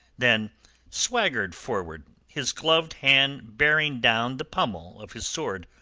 then swaggered forward, his gloved hand bearing down the pummel of his sword,